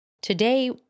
Today